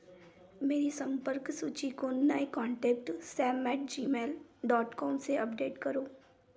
मेरी संपर्क सूची को नए contact Sam at Gmail dot com से अपडेट करो